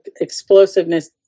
explosiveness